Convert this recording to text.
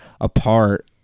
apart